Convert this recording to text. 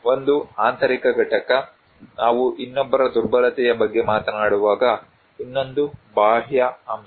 ಒಂದು ಆಂತರಿಕ ಘಟಕ ನಾವು ಇನ್ನೊಬ್ಬರ ದುರ್ಬಲತೆಯ ಬಗ್ಗೆ ಮಾತನಾಡುವಾಗ ಇನ್ನೊಂದು ಬಾಹ್ಯ ಅಂಶ